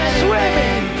swimming